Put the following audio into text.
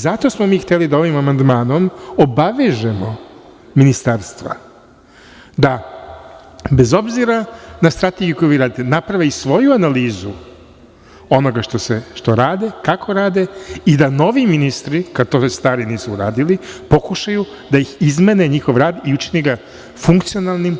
Zato smo mi hteli ovim amandmanom da obavežemo ministarstva da, bez obzira na strategiju koju vi radite, naprave i svoju analizu onoga što rade, kako rade, i da novi ministri, kad to već stari nisu uradili, pokušaju da izmene njihov rad i učine ga funkcionalnim